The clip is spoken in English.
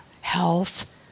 health